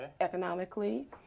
economically